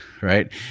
right